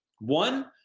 One